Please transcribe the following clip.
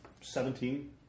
seventeen